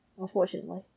unfortunately